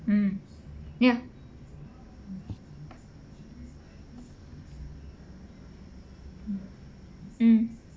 mm ya mm